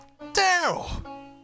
Daryl